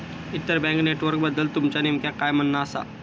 inter bank नेटवर्कबद्दल तुमचा नेमक्या काय म्हणना आसा